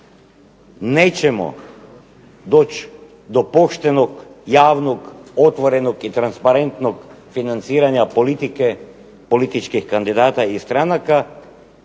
nećemo doći do poštenog, javnog, otvorenog i transparentnog financiranja politike, političkih kandidata i stranaka